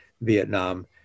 Vietnam